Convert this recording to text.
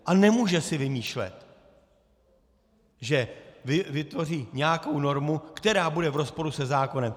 A nemůže si vymýšlet, že vytvoří nějakou normu, která bude v rozporu se zákonem.